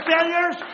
failures